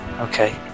Okay